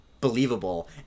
believable